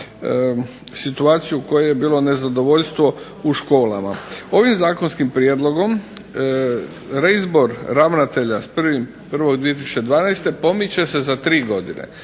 situaciju u kojoj je bilo nezadovoljstvo u školama. Ovim zakonskim prijedlogom reizbor ravnatelja s 1.1.2012. pomiče se za tri godine